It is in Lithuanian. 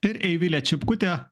ir eivilė čipkutė